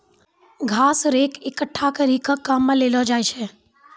घास रेक एकठ्ठा करी के काम मे लैलो जाय छै